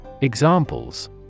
Examples